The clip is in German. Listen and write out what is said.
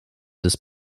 des